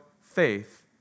faith